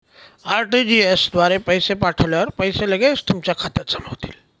RTGS द्वारे पैसे पाठवल्यावर पैसे लगेच तुमच्या खात्यात जमा होतील